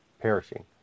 perishing